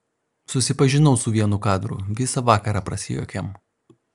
susipažinau su vienu kadru visą vakarą prasijuokėm